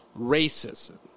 racism